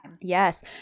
Yes